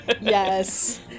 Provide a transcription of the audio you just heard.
Yes